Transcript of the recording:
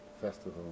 festival